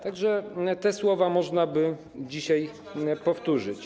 Tak że te słowa można by dzisiaj powtórzyć.